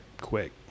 quick